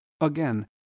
Again